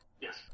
Yes